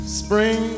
spring